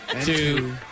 two